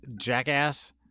Jackass